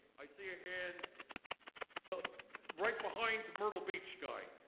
i see a hand right behind myrtle beach guy.